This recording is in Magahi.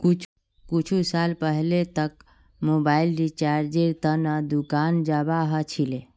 कुछु साल पहले तक मोबाइल रिचार्जेर त न दुकान जाबा ह छिले